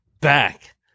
back